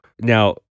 now